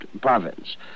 province